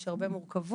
יש הרבה מורכבות,